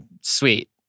sweet